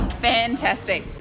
Fantastic